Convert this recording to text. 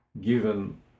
given